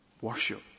worship